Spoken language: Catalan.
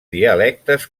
dialectes